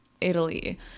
Italy